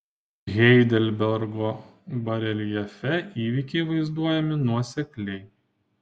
heidelbergo bareljefe įvykiai vaizduojami nuosekliai